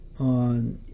on